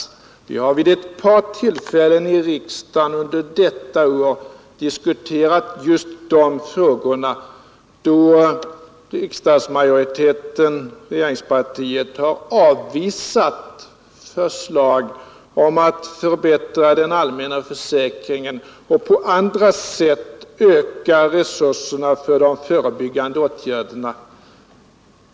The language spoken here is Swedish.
Vi har i riksdagen vid ett par tillfällen under detta år diskuterat just de frågorna, och då har riksdagsmajoriteten — i första hand regeringspartiet — avvisat förslag om att förbättra den allmänna försäkringen och på andra sätt öka resurserna för de förebyggande åtgärderna.